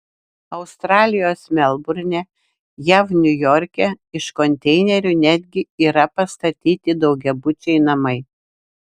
australijos melburne jav niujorke iš konteinerių netgi yra pastatyti daugiabučiai namai